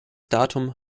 datum